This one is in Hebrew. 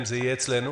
זה יהיה אצלנו.